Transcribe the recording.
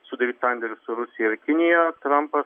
sudaryt sandėrius su rusija ir kinija trampas